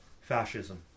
fascism